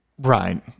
right